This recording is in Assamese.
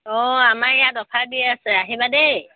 অঁ আমাৰ ইয়াত অফাৰ দি আছে আহিবা দেই